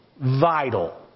vital